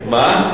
מה?